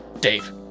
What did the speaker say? Dave